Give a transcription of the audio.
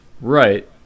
Right